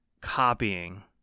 copying